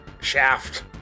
shaft